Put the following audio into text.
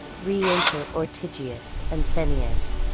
re-enter ortygius and ceneus,